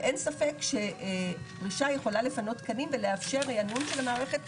ואין ספק שפרישה יכולה לפנות תקנים ולאפשר ריענון של המערכת,